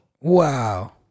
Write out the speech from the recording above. wow